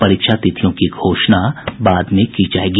परीक्षा तिथियों की घोषाणा बाद में की जायेगी